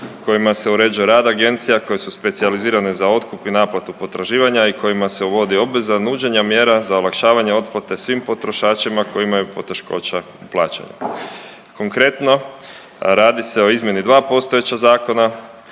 kojima se uređuje rad agencija koje su specijalizirane za otkup i naplatu potraživanja i kojima se uvodi obveza nuđenja mjera za olakšavanje otplate svim potrošačima koji imaju poteškoća u plaćanju. Konkretno, radi se o izmjeni 2 postojeća zakona